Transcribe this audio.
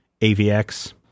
AVX